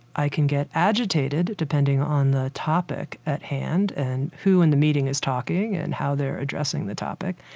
i can get agitated depending on the topic at hand and who in the meeting is talking and how they're addressing the topic.